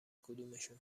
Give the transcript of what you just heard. کدومشون